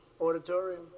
auditorium